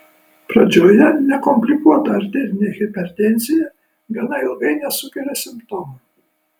pradžioje nekomplikuota arterinė hipertenzija gana ilgai nesukelia simptomų